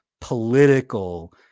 political